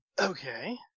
Okay